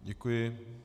Děkuji.